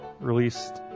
released